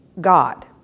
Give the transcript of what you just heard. God